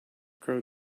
crow